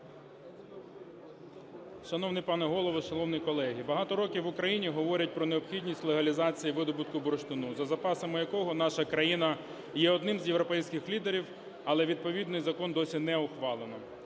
Шановний пане Голово, шановні колеги, багато років в Україні говорять про необхідність легалізації видобутку бурштину, за запасами якого наша країна є одним з європейських лідерів. Але відповідний закон досі не ухвалено,